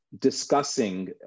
discussing